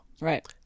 Right